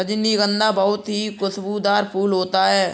रजनीगंधा बहुत ही खुशबूदार फूल होता है